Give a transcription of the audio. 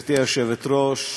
גבירתי היושבת-ראש,